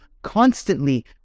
constantly